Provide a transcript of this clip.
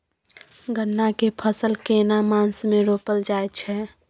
गन्ना के फसल केना मास मे रोपल जायत छै?